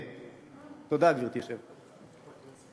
תודה, גברתי היושבת-ראש.